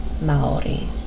Maori